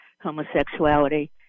homosexuality